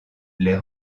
les